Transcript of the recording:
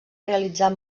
realitzar